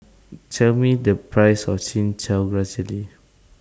Tell Me The Price of Chin Chow Grass Jelly